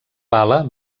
bala